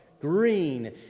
Green